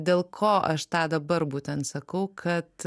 dėl ko aš tą dabar būtent sakau kad